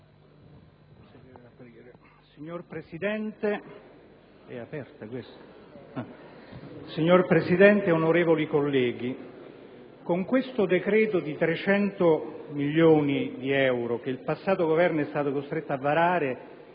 finestra") *(IdV)*. Signor Presidente, onorevoli colleghi, con questo decreto di 300 milioni di euro che il passato Governo è stato costretto a varare